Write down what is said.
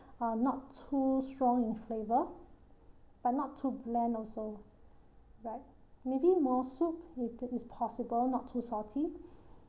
uh not too strong in flavour but not too bland also right maybe more soup if that is possible not too salty